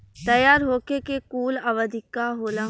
तैयार होखे के कूल अवधि का होला?